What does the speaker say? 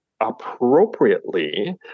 appropriately